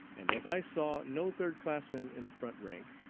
and as i saw no third classman in the front rank,